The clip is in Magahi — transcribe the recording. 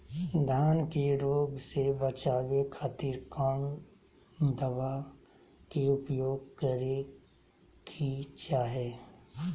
धान के रोग से बचावे खातिर कौन दवा के उपयोग करें कि चाहे?